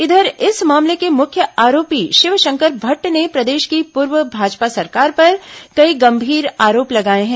इधर इस मामले के मुख्य आरोपी शिवशंकर भट्ट ने प्रदेश की पूर्व भाजपा सरकार पर कई गंभीर आरोप लगाए हैं